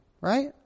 Right